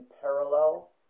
parallel